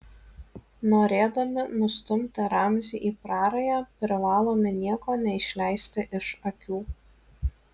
norėdami nustumti ramzį į prarają privalome nieko neišleisti iš akių